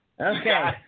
Okay